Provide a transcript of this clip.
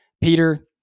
Peter